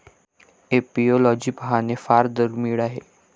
apiology पाहणे फार दुर्मिळ आहे